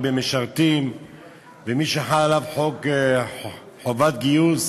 ובין משרתים למי שחלה עליו חוק חובת גיוס